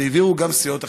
והעבירו גם סיעות אחרות.